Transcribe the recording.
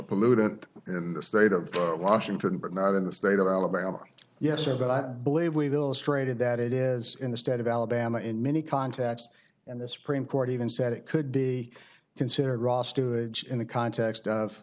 pollutant in the state of washington but not in the state of alabama yes sir but i believe we've illustrated that it is in the state of alabama in many contexts and the supreme court even said it could be considered raw sewage in the context of